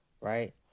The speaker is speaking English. right